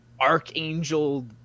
Archangel